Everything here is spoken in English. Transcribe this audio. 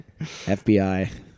FBI